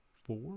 four